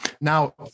Now